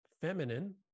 feminine